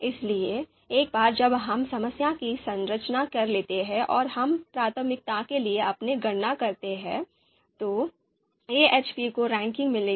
इसलिए एक बार जब हम समस्या की संरचना कर लेते हैं और हम प्राथमिकता के लिए अपनी गणना करते हैं तो एएचपी को रैंकिंग मिलेगी